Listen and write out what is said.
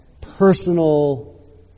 personal